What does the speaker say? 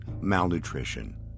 malnutrition